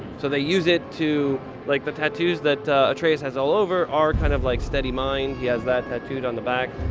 so they use it to like the tattoos that atreus has all over are kind of like steady mind. he has that tattooed on the back.